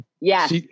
yes